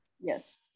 Yes